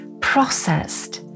processed